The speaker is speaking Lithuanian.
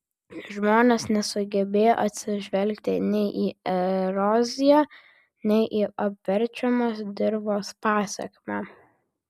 žmonės nesugebėjo atsižvelgti nei į eroziją nei į apverčiamos dirvos pasekmę